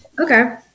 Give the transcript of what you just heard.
Okay